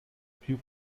più